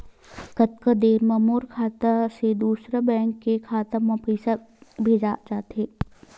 कतका देर मा मोर खाता से दूसरा बैंक के खाता मा पईसा भेजा जाथे?